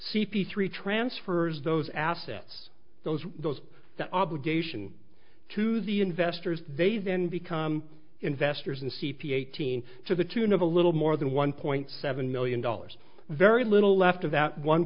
c p three transfers those assets those those that obligation to the investors they then become investors in c p eighteen to the tune of a little more than one point seven million dollars very little left of that one